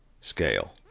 scale